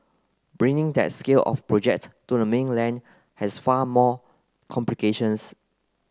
bringing that scale of project to the mainland has far more complications